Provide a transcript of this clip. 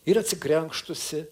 ir atsikrenkštusi